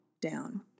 down